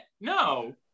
no